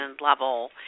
level